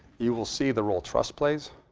you will see the role trust plays.